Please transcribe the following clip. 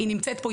היא נמצאת פה,